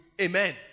Amen